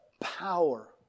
power